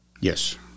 Yes